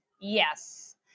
Yes